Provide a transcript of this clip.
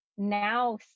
now